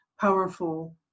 powerful